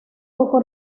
poco